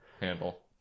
Handle